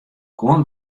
guon